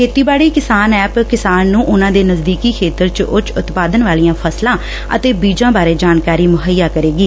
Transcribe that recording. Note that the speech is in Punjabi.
ਖੇਤੀਬਾਤੀ ਕਿਸਾਨ ਐੱਪ ਕਿਸਾਨਾਂ ਨੂੰ ਉਨਾਂ ਦੇ ਨਜਦੀਕੀ ਖੇਤਰ ਚ ਉਚ ਉਤਪਾਦਨ ਵਾਲੀਆਂ ਫਸਲਾਂ ਅਤੇ ਬੀਜਾਂ ਬਾਰੇ ਜਾਣਕਾਰੀ ਮੁਹੱਈਆ ਕਰੇਗੀ